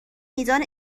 میزان